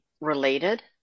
related